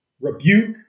Rebuke